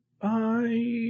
Bye